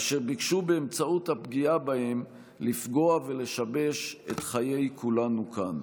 אשר ביקשו באמצעות הפגיעה בהם לפגוע ולשבש את חיי כולנו כאן.